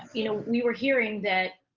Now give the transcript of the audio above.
you know, we were hearing that,